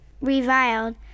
reviled